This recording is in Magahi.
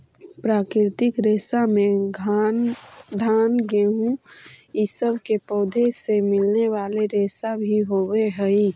प्राकृतिक रेशा में घान गेहूँ इ सब के पौधों से मिलने वाले रेशा भी होवेऽ हई